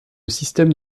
système